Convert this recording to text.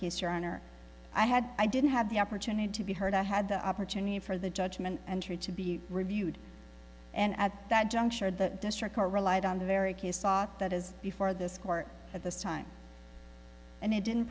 case your honor i had i didn't have the opportunity to be heard i had the opportunity for the judgment entered to be reviewed and at that juncture that district court relied on the very case thought that is before this court at this time and it didn't